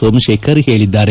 ಸೋಮಶೇಖರ್ ಹೇಳದ್ದಾರೆ